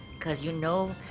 ucause you know,